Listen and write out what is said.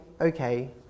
okay